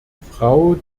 frau